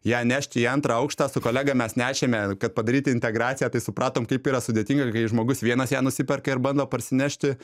ją nešti į antrą aukštą su kolega mes nešėme kad padaryti integraciją tai supratom kaip yra sudėtinga kai žmogus vienas ją nusiperka ir bando parsinešti